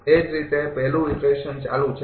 એ જ રીતે પહેલું ઈટરેશન ચાલુ છે